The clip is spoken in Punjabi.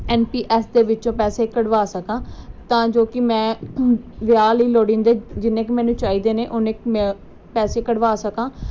ਐਨ ਪੀ ਐਸ ਦੇ ਵਿੱਚੋਂ ਪੈਸੇ ਕਢਵਾ ਸਕਾਂ ਤਾਂ ਜੋ ਕਿ ਮੈਂ ਵਿਆਹ ਲਈ ਲੋੜੀਂਦੇ ਜਿੰਨੇ ਕੁ ਮੈਨੂੰ ਚਾਹੀਦੇ ਨੇ ਓਨੇ ਕੁ ਮੈਂ ਪੈਸੇ ਕਢਵਾ ਸਕਾਂ